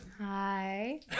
Hi